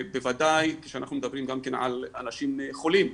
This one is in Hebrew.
בוודאי כשאנחנו מדברים גם כן על אנשים חולים,